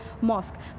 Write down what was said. mosque